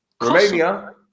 Romania